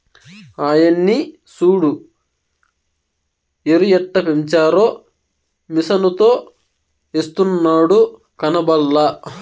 ఆయన్ని సూడు ఎరుయెట్టపెంచారో మిసనుతో ఎస్తున్నాడు కనబల్లా